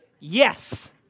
Yes